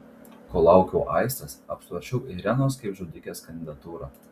kol laukiau aistės apsvarsčiau irenos kaip žudikės kandidatūrą